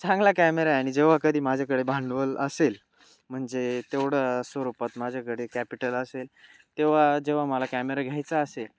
चांगला कॅमेरा आहे आणि जेव्हा कधी माझ्याकडे भांडवल असेल म्हणजे तेवढं स्वरूपात माझ्याकडे कॅपिटल असेल तेव्हा जेव्हा मला कॅमेरा घ्यायचा असेल